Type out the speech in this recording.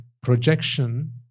projection